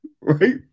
Right